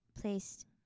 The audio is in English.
placed